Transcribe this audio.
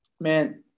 man